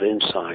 insight